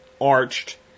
arched